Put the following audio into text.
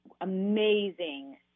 amazing